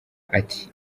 ati